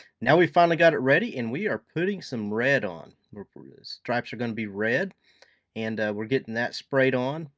now we've finally got it ready and we are putting some red on. the stripes are gonna be red and we're getting that sprayed on.